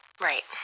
Right